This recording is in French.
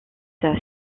sont